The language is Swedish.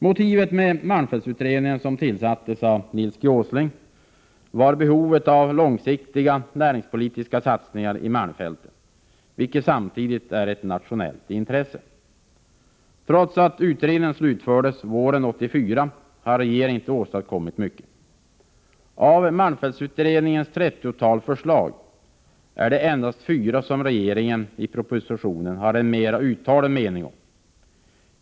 Motivet med malmfältsutredningen, som tillsattes av Nils G. Åsling, var behovet av långsiktiga näringspolitiska satsningar i malmfälten, vilket samtidigt är ett nationellt intresse. Trots att utredningen slutfördes våren 1984 har regeringen inte åstadkommit mycket. Av malmfältsutredningens trettiotal förslag är det endast fyra som regeringen har en mer uttalad mening om i propositionen.